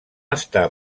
està